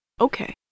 okay